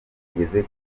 tugeze